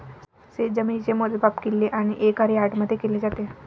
शेतजमिनीचे मोजमाप किल्ले आणि एकर यार्डमध्ये केले जाते